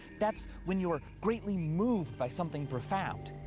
that's when you're greatly moved by something profound.